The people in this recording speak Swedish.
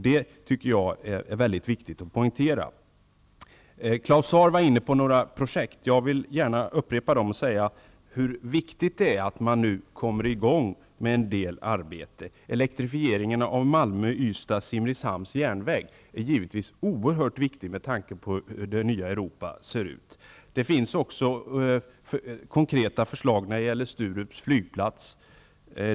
Det är mycket viktigt att poängtera. Claus Zaar nämnde några projekt, och jag vill gärna upprepa dem. Det är viktigt att komma i gång med en del arbeten. Elektrifieringen av järnvägen Malmö--Ystad--Simrishamn är givetvis oerhört viktig, med tanke på hur det nya Europa ser ut. Det finns också konkreta förslag när det gäller Sturups flygplats.